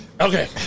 Okay